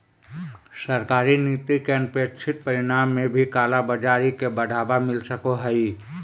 सरकारी नीति के अनपेक्षित परिणाम में भी कालाबाज़ारी के बढ़ावा मिल सको हइ